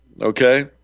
okay